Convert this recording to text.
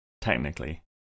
technically